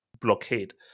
blockade